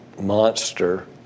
monster